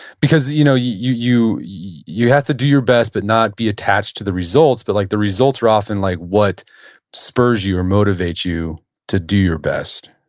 because you know you you have to do your best, but not be attached to the results, but like the results are often like what spurs you or motivates you to do your best,